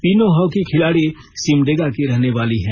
तीनो हॉकी खिलाड़ी सिमडेगा की रहने वाली है